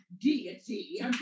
deity